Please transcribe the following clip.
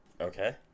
Okay